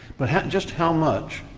but just how much?